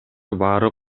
баары